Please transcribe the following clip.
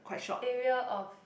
area of